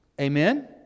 Amen